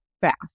fast